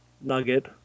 nugget